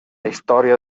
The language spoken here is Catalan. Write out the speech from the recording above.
història